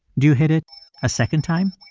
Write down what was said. do you hit it a second time?